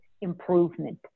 improvement